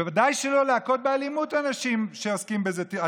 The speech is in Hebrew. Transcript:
בוודאי שלא להכות באלימות אנשים שעוסקים בזה.